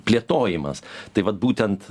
plėtojimas tai vat būtent